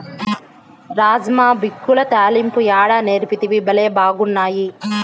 రాజ్మా బిక్యుల తాలింపు యాడ నేర్సితివి, బళ్లే బాగున్నాయి